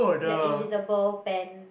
that invisible pen